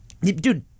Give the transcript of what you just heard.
dude